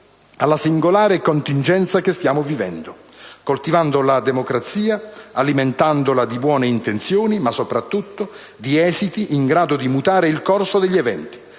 alla singolare contingenza che stiamo vivendo, coltivando la democrazia, alimentandola di buone intenzioni, ma soprattutto di esiti in grado di mutare il corso degli eventi,